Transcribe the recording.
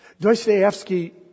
Dostoevsky